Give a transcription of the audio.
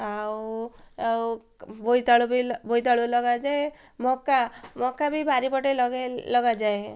ଆଉ ଆଉ ବୋଇତାଳୁ ଲଗାଯାଏ ମକା ମକା ବି ବାରିପଟେ ଲଗାଯାଏ